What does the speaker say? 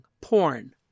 porn